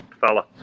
fella